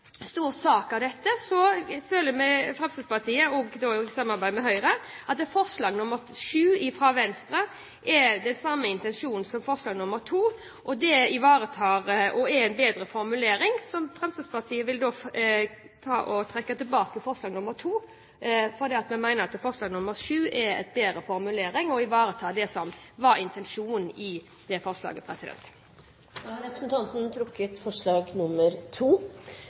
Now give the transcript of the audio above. stor sak av dette: Fremskrittspartiet, og også Høyre, føler at forslag nr. 7 fra Venstre har den samme intensjonen og er bedre formulert enn forslag nr. 2. Fremskrittspartiet vil derfor trekke tilbake forslag nr. 2 fordi vi altså mener at forslag nr. 7 er bedre formulert og ivaretar det som var intensjonen i forslaget. Da har representanten Solveig Horne trukket forslag